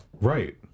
right